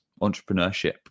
entrepreneurship